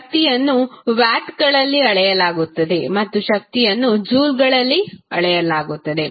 ಶಕ್ತಿಯನ್ನು ವ್ಯಾಟ್ಗಳಲ್ಲಿ ಅಳೆಯಲಾಗುತ್ತದೆ ಮತ್ತು ಶಕ್ತಿಯನ್ನು ಜೂಲ್ಗಳಲ್ಲಿ ಅಳೆಯಲಾಗುತ್ತದೆ